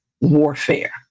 warfare